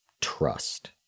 trust